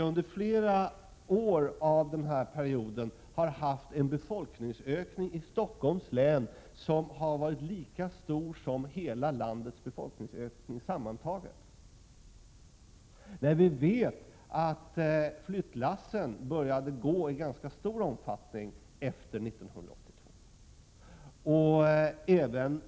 Under flera år av den här perioden har befolkningsökningen i Stockholms län varit lika stor som den sammantagna befolkningsökningen i hela landet. Flyttlassen började gå i ganska stor omfattning efter 1982.